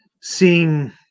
seeing